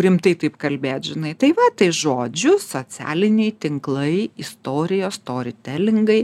rimtai taip kalbėt žinai tai va tai žodžiu socialiniai tinklai istorijos story telingai